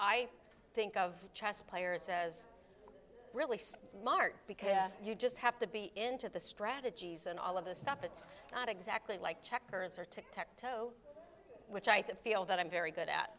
i think of chess players says really smart because you just have to be into the strategies and all of the stuff it's not exactly like checkers or to protect which i feel that i'm very good at